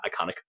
iconic